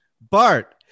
Bart